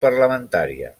parlamentària